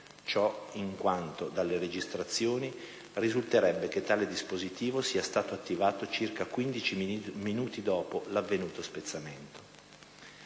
Ciò in quanto dalle registrazioni risulterebbe che tale dispositivo sia stato attivato circa 15 minuti dopo l'avvenuto spezzamento.